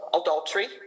adultery